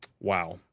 Wow